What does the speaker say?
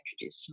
introduce